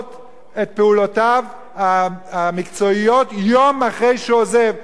את פעולותיו המקצועיות יום אחרי שהוא עוזב.